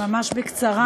ממש בקצרה.